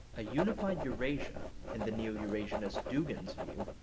a unified eurasia, in the neo-eurasianist dugin's view,